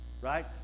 Right